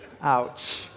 Ouch